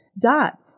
Dot